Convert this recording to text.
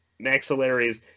maxillaries